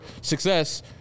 success